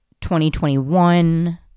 2021